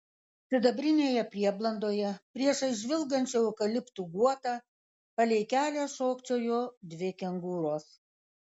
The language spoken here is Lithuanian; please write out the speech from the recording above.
sidabrinėje prieblandoje priešais žvilgančių eukaliptų guotą palei kelią šokčiojo dvi kengūros